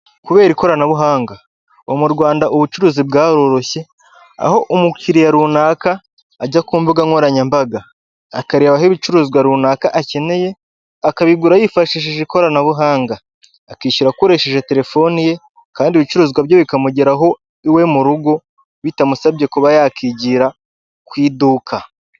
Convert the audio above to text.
Kubera ikoranabuhanga ubu mu Rwanda ubucuruzi bwaroroshye, aho umukiriya runaka ajya ku mbuga nkoranyambaga akareho ibicuruzwa runaka akeneye, akabigura yifashishije ikoranabuhanga, akishyura akoresheje telefoni ye, kandi ibicuruzwa bye bikamugeraho iwe mu rugo bitamusabye kuba yakigira ku iduka.